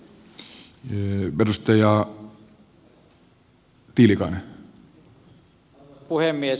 arvoisa puhemies